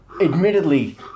admittedly